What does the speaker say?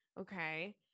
Okay